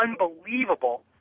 unbelievable